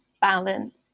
Balance